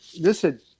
listen